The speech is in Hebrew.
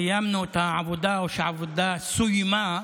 וכשסיימנו את העבודה או כשהעבודה סוימה,